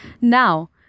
Now